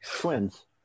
twins